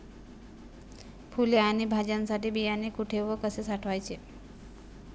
फुले आणि भाज्यांसाठी बियाणे कुठे व कसे साठवायचे?